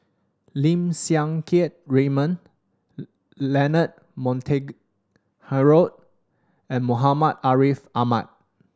Lim Siang Keat Raymond Leonard Montague Harrod and Muhammad Ariff Ahmad